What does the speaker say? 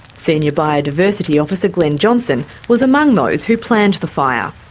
senior biodiversity officer glen johnson was among those who planned the fire.